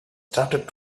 started